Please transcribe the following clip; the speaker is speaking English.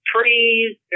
trees